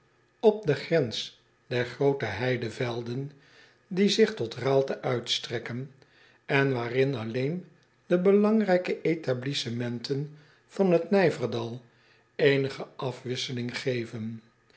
op de grens der groote heidevelden die zich tot aalte uitstrekken en waarin alleen de belangrijke etablissementen van het i j v e r d a l eenige afwisseling geven